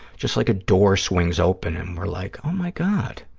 just like a door swings open and we're like, oh, my god,